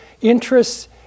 interests